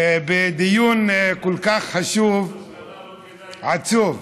בדיון כל כך חשוב, עצוב,